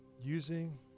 using